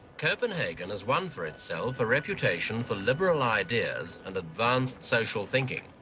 copenhagen has won for itself a reputation for liberal ideas and advanced social thinking.